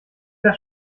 das